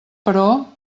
però